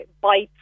bites